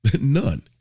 None